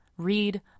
read